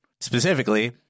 Specifically